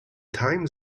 time